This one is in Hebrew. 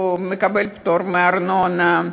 הוא מקבל פטור מארנונה,